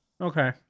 Okay